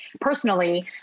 personally